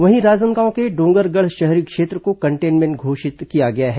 वहीं राजनांदगांव के डोंगरगढ़ शहरी क्षेत्र को कंटेनमेंट जोन घोषित कर दिया गया है